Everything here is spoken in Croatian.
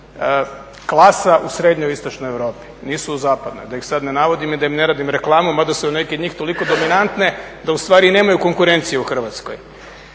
klasa u srednjoistočnoj Europi, nisu u zapadnoj. Da ih sada ne navodim i da im ne radim reklamu, mada su neke od njih toliko dominantne da ustvari nemaju konkurenciju u Hrvatskoj,